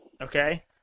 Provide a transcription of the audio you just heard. Okay